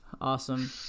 Awesome